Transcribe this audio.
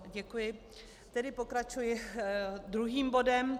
Děkuji, tedy pokračuji druhým bodem.